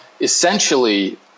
essentially